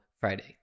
friday